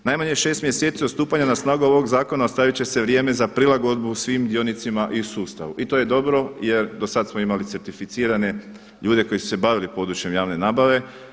Najmanje 6 mjeseci od stupanja na snagu ovog zakona ostavit će se vrijeme za prilagodbu svim dionicima i u sustavu i to je dobro, jer do sad smo imali certificirane ljude koji su se bavili područjem javne nabave.